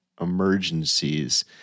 emergencies